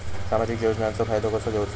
सामाजिक योजनांचो फायदो कसो घेवचो?